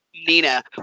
Nina